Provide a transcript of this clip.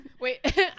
Wait